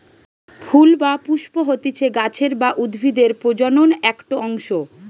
ফুল বা পুস্প হতিছে গাছের বা উদ্ভিদের প্রজনন একটো অংশ